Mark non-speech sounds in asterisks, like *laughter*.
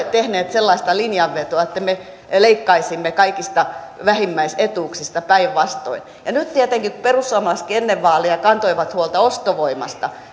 *unintelligible* tehneet sellaista linjanvetoa että me leikkaisimme kaikista vähimmäisetuuksista päinvastoin tietenkin kun perussuomalaisetkin ennen vaaleja kantoivat huolta ostovoimasta *unintelligible*